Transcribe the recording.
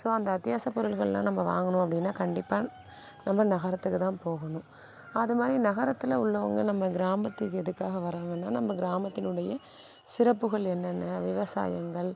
so அந்த அத்தியாவசியப் பொருள்கள்லாம் நம்ம வாங்கணும் அப்படின்னா கண்டிப்பாக நம்ம நகரத்துக்குதான் போகணும் அதுமாதிரி நகரத்தில் உள்ளவங்க நம்ம கிராமத்துக்கு எதுக்காக வராங்கன்னால் நம்ம கிராமத்தினுடைய சிறப்புகள் என்னென்ன விவசாயங்கள்